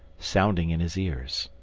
sounding in his ears.